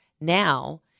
Now